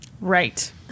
right